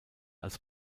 als